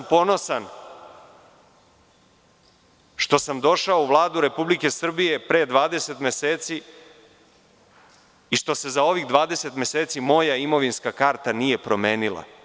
Ponosan sam što sam došao u Vladu Republike Srbije pre 20 meseci i što se za ovih 20 meseci moja imovinska karta nije promenila.